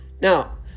Now